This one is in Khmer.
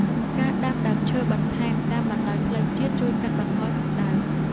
ការដាំដើមឈើបន្ថែមតាមបណ្តោយផ្លូវជាតិជួយកាត់បន្ថយកម្ដៅ។